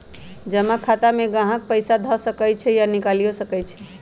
जमा खता में गाहक पइसा ध सकइ छइ आऽ निकालियो सकइ छै